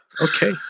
okay